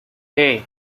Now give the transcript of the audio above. hey